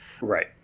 Right